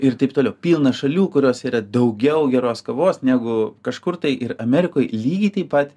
ir taip toliau pilna šalių kuriose yra daugiau geros kavos negu kažkur tai ir amerikoj lygiai taip pat